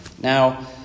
Now